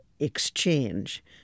exchange